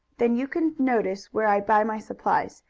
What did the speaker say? then you can notice where i buy my supplies.